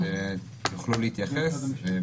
אוקי, הם יוכלו להתייחס.